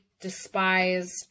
despised